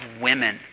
women